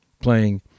playing